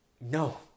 no